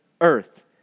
earth